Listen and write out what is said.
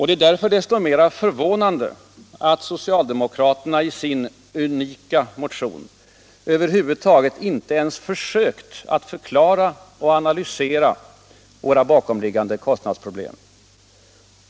Det är därför desto mer förvånande att socialdemokraterna i sin ”unika” motion över huvud taget inte har försökt förklara och analysera våra bakomliggande kostnadsproblem.